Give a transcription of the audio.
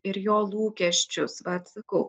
ir jo lūkesčius vat sakau